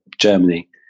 Germany